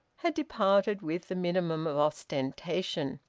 had departed with the minimum of ostentation.